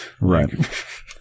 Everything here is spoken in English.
Right